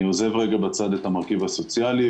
אני עוזב רגע בצד את המרכיב הסוציאלי,